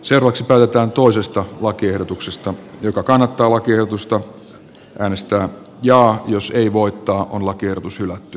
se voisi pöytään tulisesta lakiehdotuksesta joka kannattaa vakiotusta äänestää jaa jos ei voittaa on lakiehdotus hylätty